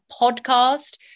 Podcast